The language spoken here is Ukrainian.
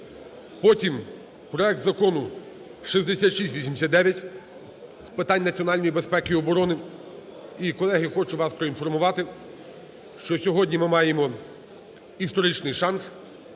Потім проект Закону 6789 з питань національної безпеки і оборони. І, колеги, хочу вас проінформувати, що сьогодні ми маємо історичний шанс.